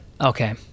Okay